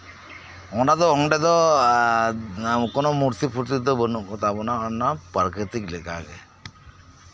ᱚᱱᱟ ᱫᱚ ᱚᱸᱰᱮ ᱫᱚ ᱠᱳᱱᱳ ᱢᱩᱨᱛᱤ ᱯᱷᱚᱨᱛᱤᱫᱚ ᱵᱟᱹᱱᱩᱜ ᱠᱚᱛᱟ ᱵᱚᱱᱟ ᱯᱨᱟᱠᱤᱨᱛᱤᱠ ᱞᱮᱠᱟᱜᱮ